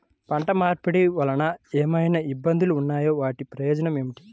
పంట మార్పిడి వలన ఏమయినా ఇబ్బందులు ఉన్నాయా వాటి ప్రయోజనం ఏంటి?